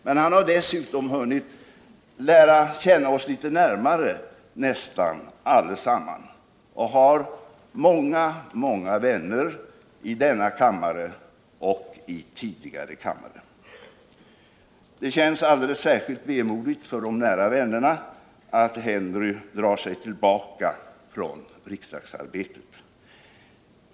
Men han har dessutom hunnit att lära känna oss litet närmare nästan allesammans och har många vänner i denna kammare och från tidigare riksdagar. Det känns alldeles särskilt vemodigt för de nära vännerna att Henry Allard drar sig tillbaka från riksdagsarbetet.